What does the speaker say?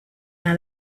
how